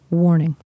Warning